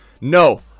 No